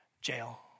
jail